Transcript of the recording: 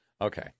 Okay